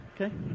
Okay